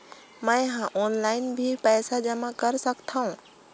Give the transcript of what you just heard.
मैं ह ऑनलाइन भी पइसा जमा कर सकथौं?